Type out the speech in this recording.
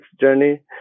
journey